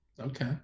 Okay